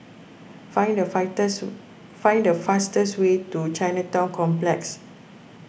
find the fighters find the fastest way to Chinatown Complex